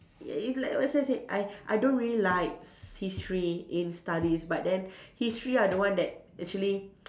y~ you like that's why I said I I don't really like history in studies but then history I don't want that actually